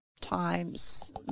times